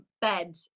bed